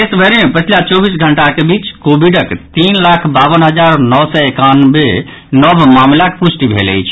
देशभरि मे पछिला चौबीस घंटाक बीच कोविडक तीन लाख बावन हजार नओ सय एकानवे नव मामिलाक प्रष्टि भेल अछि